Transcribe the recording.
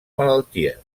malalties